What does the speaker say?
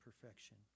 perfection